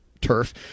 turf